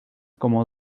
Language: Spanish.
como